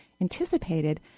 anticipated